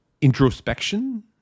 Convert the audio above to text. introspection